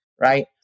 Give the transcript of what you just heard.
right